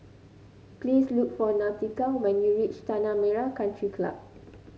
please look for Nautica when you reach Tanah Merah Country Club